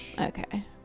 okay